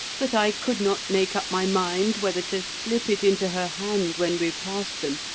but i could not make up my mind whether to slip it into her hand when we passed them,